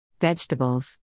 Vegetables